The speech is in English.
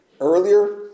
Earlier